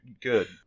Good